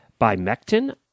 Bimectin